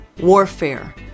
Warfare